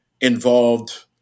involved